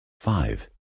Five